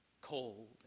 Cold